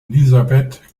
elisabeth